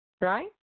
right